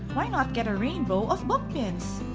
why not get a rainbow of book bins!